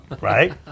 Right